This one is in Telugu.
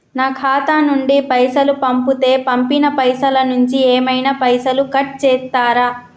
నా ఖాతా నుండి పైసలు పంపుతే పంపిన పైసల నుంచి ఏమైనా పైసలు కట్ చేత్తరా?